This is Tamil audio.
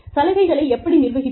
சலுகைகளை எப்படி நிர்வகிப்பீர்கள்